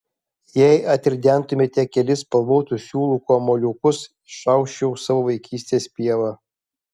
jei atridentumėte kelis spalvotų siūlų kamuoliukus išausčiau savo vaikystės pievą